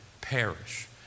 perish